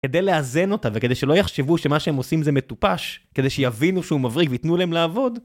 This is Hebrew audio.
כדי לאזן אותה, וכדי שלא יחשבו שמה שהם עושים זה מטופש, כדי שיבינו שהוא מבריג ויתנו להם לעבוד.